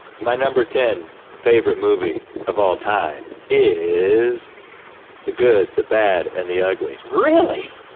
my number ten favorite movie of all time is the good, the bad and the ugly. really?